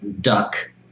duck